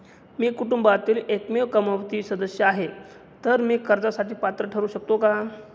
मी कुटुंबातील एकमेव कमावती सदस्य आहे, तर मी कर्जासाठी पात्र ठरु शकतो का?